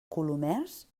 colomers